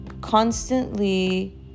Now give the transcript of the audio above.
constantly